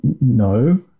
No